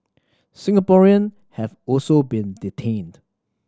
Singaporean have also been detained